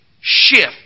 shift